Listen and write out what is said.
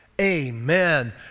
amen